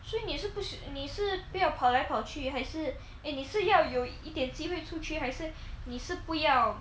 所以你是不是你是不要跑来跑去还是 eh 你是要有一点机会出去还是你是不要